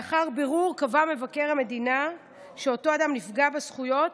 לאחר בירור קבע מבקר המדינה שאותו אדם נפגע בזכויות,